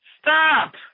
Stop